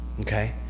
okay